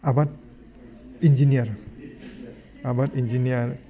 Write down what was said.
आबाद इन्जिनियार आबाद इन्जिनियार